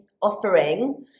offering